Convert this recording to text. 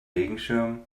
regenschirm